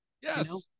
Yes